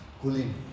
Kulin